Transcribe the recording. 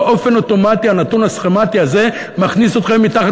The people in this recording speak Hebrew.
באופן אוטומטי הנתון הסכֶמטי הזה מכניס אתכם מתחת